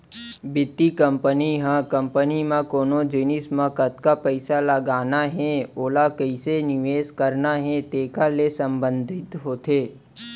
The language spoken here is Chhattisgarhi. बित्त कंपनी ह कंपनी म कोन जिनिस म कतका पइसा लगाना हे ओला कइसे निवेस करना हे तेकर ले संबंधित होथे